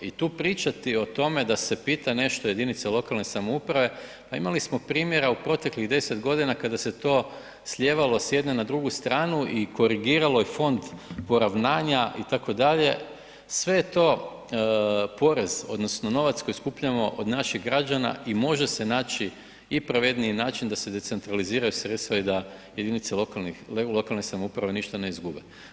I tu pričati o tome da se pita nešto jedinice lokalne samouprave, pa imali smo primjera u proteklih 10 godina kada se to slijevalo s jedne na drugu stranu i korigiralo i Fond poravnanja itd., sve je to porez, odnosno novac koji skupljamo od naših građana i može se naći i pravedniji način da se decentraliziraju sredstva i da jedinice lokalne samouprave ništa ne izgube.